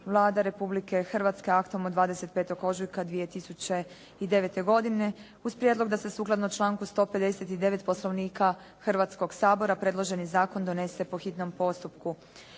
Vlada Republike Hrvatske aktom od 25. ožujka 2009. godine. Uz prijedlog da se sukladno članku 159. Poslovnika Hrvatskog sabora predloženi zakon donese po hitnom postupku.